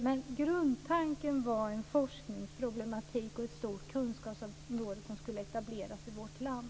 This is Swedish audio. Men grundtanken var forskningsproblematiken och att ett stort kunskapsområde skulle etableras i vårt land.